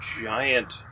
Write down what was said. giant